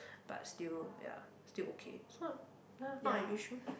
but still ya still okay so ya not an issue